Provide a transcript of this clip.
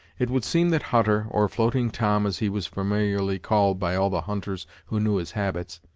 it would seem that hutter, or floating tom, as he was familiarly called by all the hunters who knew his habits,